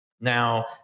Now